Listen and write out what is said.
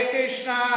Krishna